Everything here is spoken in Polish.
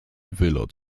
wylot